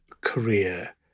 career